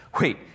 Wait